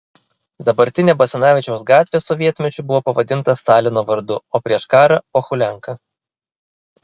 dabartinė basanavičiaus gatvė sovietmečiu buvo pavadinta stalino vardu o prieš karą pohulianka